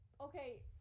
okay